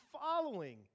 following